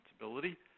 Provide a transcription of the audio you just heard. responsibility